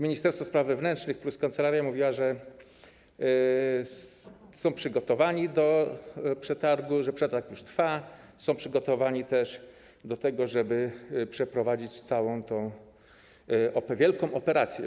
Ministerstwo spraw wewnętrznych plus kancelaria mówiły, że są przygotowani do przetargu, że przetarg już trwa, że są przygotowani do tego, żeby przeprowadzić całą tę wielką operację.